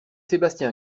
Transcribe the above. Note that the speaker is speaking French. sébastien